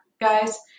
guys